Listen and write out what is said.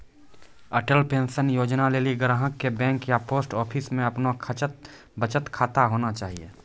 Atal pension Yojana लेली ग्राहक के बैंक या पोस्ट आफिसमे अपनो बचत खाता होना चाहियो